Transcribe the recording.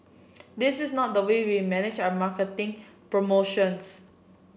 this is not the way we manage our marketing promotions